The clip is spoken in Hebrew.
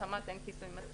את אמרת: אין כיסוי מספיק.